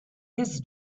his